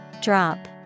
Drop